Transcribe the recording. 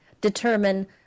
determine